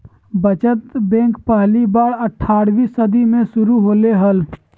बचत बैंक पहली बार अट्ठारहवीं सदी में शुरू होले हल